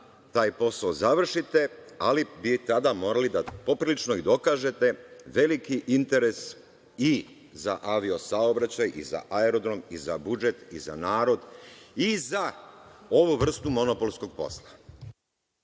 taj posao završite, ali bi tada morali da poprilično i dokažete veliki interes i za avio-saobraćaj i za aerodrom i za budžet i za narod i za ovu vrstu monopolskog posla.